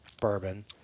bourbon